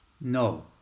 No